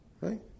Right